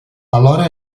alhora